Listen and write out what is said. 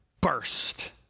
burst